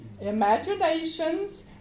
imaginations